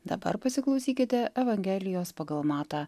dabar pasiklausykite evangelijos pagal matą